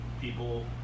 people